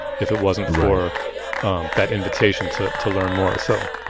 if it wasn't for um that invitation to to learn more. so.